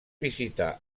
visitar